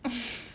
if